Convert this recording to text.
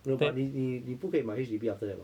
no but 你你你不可以买 H_D_B after that mah